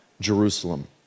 Jerusalem